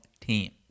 team